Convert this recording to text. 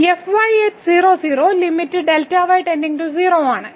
f y 00 limit Δy → 0 ആണ്